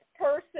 person